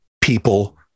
people